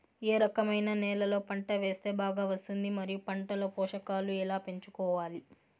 ఏ రకమైన నేలలో పంట వేస్తే బాగా వస్తుంది? మరియు పంట లో పోషకాలు ఎలా పెంచుకోవాలి?